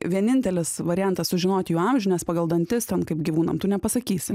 vienintelis variantas sužinoti jų amžių nes pagal dantis kaip gyvūnam tu nepasakysi